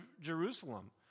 Jerusalem